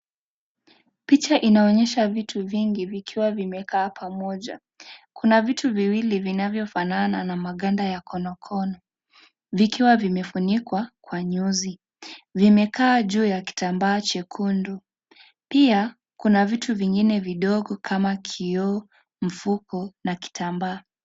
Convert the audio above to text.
Picha inaonyesha vitu vingi vikiwa vimekaa pamoja, kuna vitu viwili vinavyofanana na maganda ya konokono vikiwa vimefunikwa kwa nyuzi, vimekaa juu ya kitambaa chekundu, pia kuna vitu vingine vidogo kama kioo, mfuko, na kitambaa.